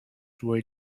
why